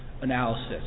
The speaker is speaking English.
analysis